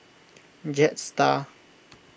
Jetstar